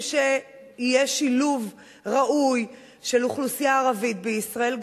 שיהיה שילוב ראוי של אוכלוסייה ערבית בישראל,